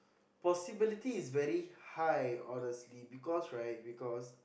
possibility is very high honestly because right because